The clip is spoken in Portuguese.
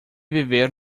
viver